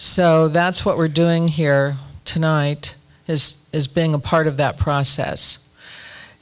so that's what we're doing here tonight as is being a part of that process